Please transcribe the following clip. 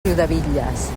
riudebitlles